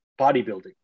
bodybuilding